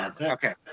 Okay